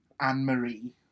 Anne-Marie